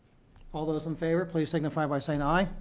all those in favor, please signify by saying aye.